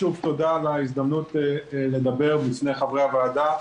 תודה על ההזדמנות לדבר בפני חברי הוועדה,